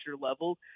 level